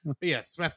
Yes